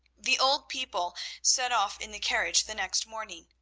the old people set off in the carriage the next morning,